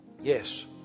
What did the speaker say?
Yes